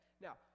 now